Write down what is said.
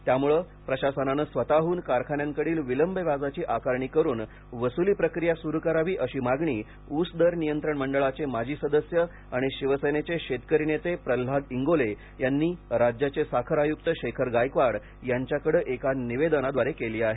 त्यामुळे प्रशासनाने स्वतःहून कारखान्यांकडील विलंब व्याजाची आकारणी करुन वसुली प्रक्रिया सुरू करावी अशी मागणी ऊस दर नियंत्रण मंडळाचे माजी सदस्य आणि शिवसेनेचे शेतकरी नेते प्रल्हाद इंगोले यांनी राज्याचे साखर आयुक्त शेखर गायकवाड यांच्याकडे एका निवेदनाद्वारे केली आहे